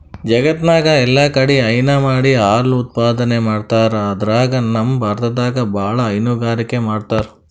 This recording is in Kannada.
ಜಗತ್ತ್ನಾಗ್ ಎಲ್ಲಾಕಡಿ ಹೈನಾ ಮಾಡಿ ಹಾಲ್ ಉತ್ಪಾದನೆ ಮಾಡ್ತರ್ ಅದ್ರಾಗ್ ನಮ್ ಭಾರತದಾಗ್ ಭಾಳ್ ಹೈನುಗಾರಿಕೆ ಮಾಡ್ತರ್